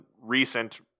recent